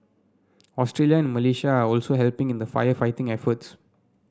Australia and Malaysia are also helping in the firefighting efforts